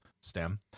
STEM